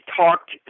talked